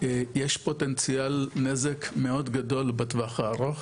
יש פוטנציאל נזק מאוד גדול בטווח הארוך,